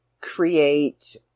create